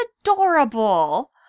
adorable